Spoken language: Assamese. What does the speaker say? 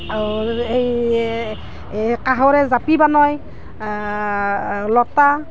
এই কাঁহৰে জাপি বনায় লোটা